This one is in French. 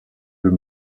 veut